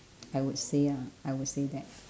I would say ah I would say that